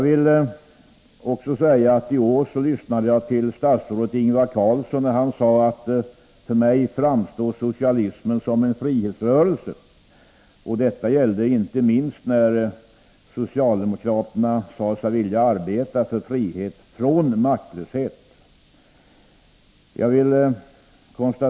I aprili år lyssnade jag på statsrådet Ingvar Carlsson när han sade: För mig framstår socialismen som en frihetsrörelse. Detta gällde inte minst när socialdemokraterna sade sig vilja arbeta för frihet från maktlöshet.